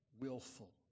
willful